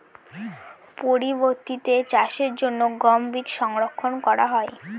পরবর্তিতে চাষের জন্য গম বীজ সংরক্ষন করা হয়?